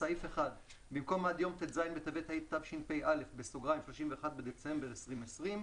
בסעיף 1 במקום "עד יום ט"ז בטבת התשפ"א (31 בדצמבר 2020)"